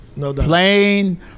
Plain